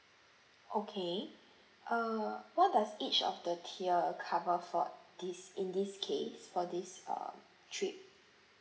okay err what does each of the tier cover for this in this case for this uh trip